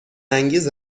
انگیز